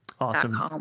awesome